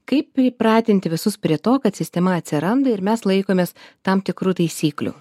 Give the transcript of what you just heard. kaip įpratinti visus prie to kad sistema atsiranda ir mes laikomės tam tikrų taisyklių